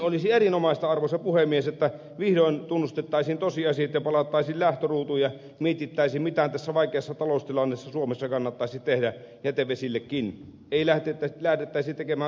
olisi erinomaista arvoisa puhemies että vihdoin tunnustettaisiin tosiasiat ja palattaisiin lähtöruutuun ja mietittäisiin mitä tässä vaikeassa taloustilanteessa suomessa kannattaisi tehdä jätevesillekin ei lähdettäisi tekemään turhia investointeja